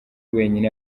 wenyine